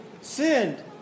sinned